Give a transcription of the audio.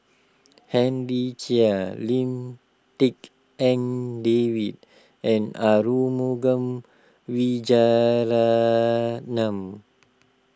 Henry Chia Lim Tik En David and Arumugam Vijiaratnam